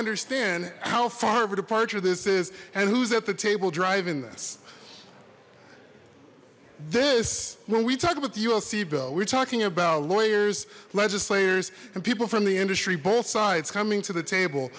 understand how farver departure this is and who's at the table driving this this when we talk about the ulc bill we're talking about lawyers legislators and people from the industry both sides coming to the table